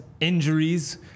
Injuries